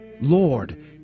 Lord